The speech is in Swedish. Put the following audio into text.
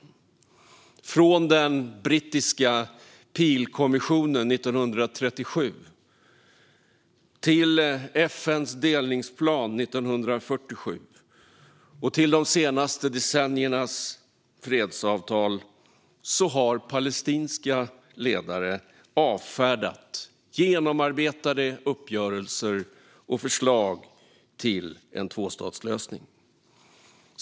I allt från den brittiska Peelkommissionen 1937 till FN:s delningsplan 1947 och de senaste decenniernas fredsavtal har palestinska ledare avfärdat genomarbetade uppgörelser och förslag till en tvåstatslösning.